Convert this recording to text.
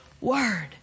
word